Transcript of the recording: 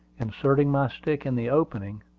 inserting my stick in the opening,